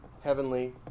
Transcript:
heavenly